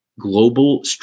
global